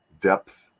depth